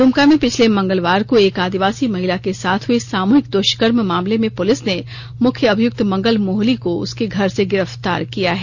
द्मका में पिछले मंगलवार को एक आदिवासी महिला के साथ हए सामूहिक द्ष्कर्म मामले में पुलिस ने मुख्य अभियुक्त मंगल मोहली को उसके घर से गिरफ्तार किया है